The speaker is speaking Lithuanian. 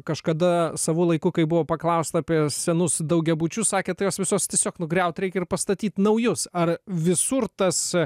kažkada savu laiku kai buvo paklausta apie senus daugiabučius sakė tai juos visus tiesiog nugriaut reikia ir pastatyt naujus ar visur tas